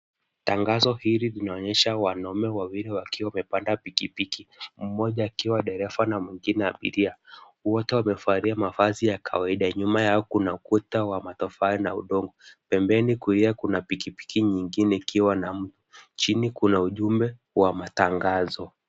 Tangazo hili linaonyesha wanaume wawili wakiwa wamepanda pikipiki, mmoja akiwa dereva na mwingine abiria. Wote wamevalia mavazi ya kawaida. Nyuma yao kuna ukuta wa matofali na udongo. Pembeni kulia kuna pikipiki nyingine ikiwa na mtu. Chini kuna ujumbe wa matangazo.